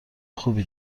خوبی